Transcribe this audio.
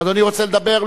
אדוני רוצה לדבר?